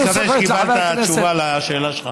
אני מקווה שקיבלת תשובה לשאלה שלך.